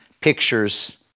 pictures